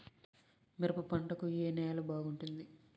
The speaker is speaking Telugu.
మిరప పంట కు ఏ నేల బాగుంటుంది?